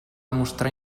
mostrar